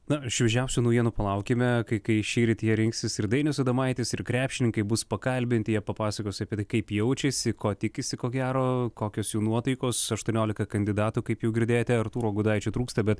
na šviežiausių naujienų palaukime kai kai šįryt jie rinksis ir dainius adomaitis ir krepšininkai bus pakalbinti jie papasakos apie tai kaip jaučiasi ko tikisi ko gero kokios jų nuotaikos aštuoniolika kandidatų kaip jau girdėti artūro gudaičio trūksta bet